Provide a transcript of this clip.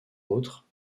autre